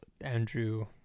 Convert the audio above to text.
Andrew